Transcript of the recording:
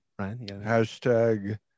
Hashtag